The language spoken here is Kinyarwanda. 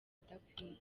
adakwiye